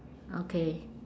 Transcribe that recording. okay